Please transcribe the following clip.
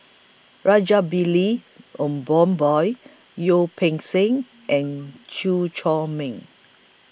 Rajabali Peng Seng and Chew Chor Meng